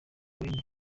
wayne